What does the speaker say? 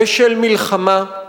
ושל מלחמה,